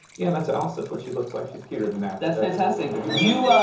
yeah, that's alice. that's what she looks like. she's cuter than that. that's fantastic. you